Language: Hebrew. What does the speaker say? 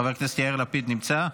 חבר הכנסת יאיר לפיד נמצא?